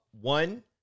one